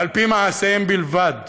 ועל פי מעשיהם בלבד.